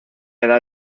edad